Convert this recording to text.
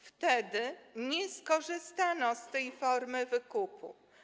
Wtedy nie skorzystano z tej formy wykupu.